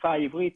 בשפה העברית.